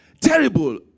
Terrible